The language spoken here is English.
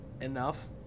enough